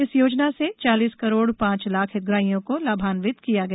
इस योजना से चालीस करोड़ पांच लाख हितग्राहियो को लाभान्वित किया गया